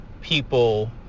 people